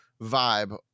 vibe